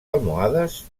almohades